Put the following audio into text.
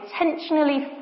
intentionally